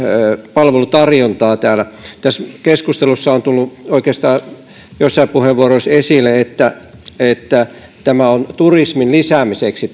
palvelutarjontaa täällä tässä keskustelussa on tullut oikeastaan joissain puheenvuoroissa esille että tämä hallituksen esitys on turismin lisäämiseksi